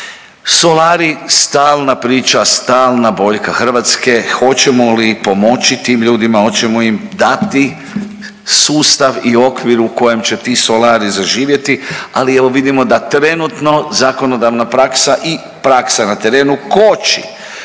Solari stalna priča, stalna boljka Hrvatske hoćemo li pomoći tim ljudima, hoćemo im dati sustav i okvir u kojem će ti solari zaživjeti, ali evo vidimo da trenutno zakonodavna praksa i praksa na terenu koči